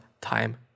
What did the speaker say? time